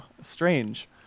Strange